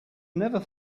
never